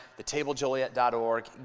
thetablejoliet.org